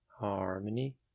harmony